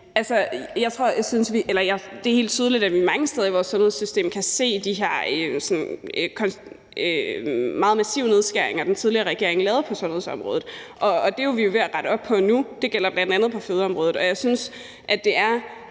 Det er helt tydeligt, at vi mange steder i vores sundhedssystem kan se resultatet af de her meget massive nedskæringer, som den tidligere regering lavede på sundhedsområdet, og det er vi jo ved at rette op på nu. Det gælder bl.a. på fødeområdet.